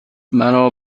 مرا